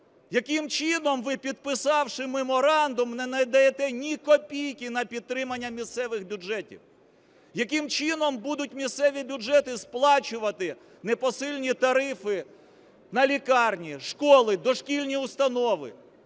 Яким чином ви, підписавши меморандум, не надаєте ні копійки на підтримання місцевих бюджетів? Яким чином будуть місцеві бюджети сплачувати непосильні тарифи на лікарні, школи, дошкільні установи?